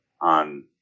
on